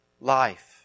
life